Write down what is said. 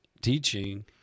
teaching